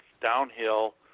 downhill